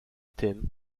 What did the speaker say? tym